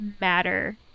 matter